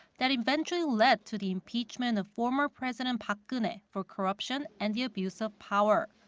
that eventually led to the impeachment of former president park geun-hye for corruption and the abuse of power.